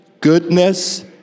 goodness